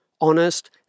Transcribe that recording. honest